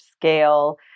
scale